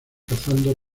cazando